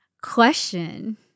Question